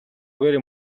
very